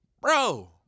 bro